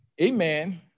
amen